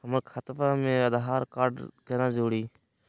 हमर खतवा मे आधार कार्ड केना जुड़ी?